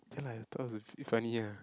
then like you talk to if funny ah